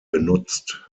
benutzt